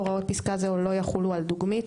הוראות פסקה זו לא יחולו על דוגמית,